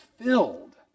filled